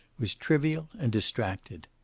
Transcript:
was trivial and distracted.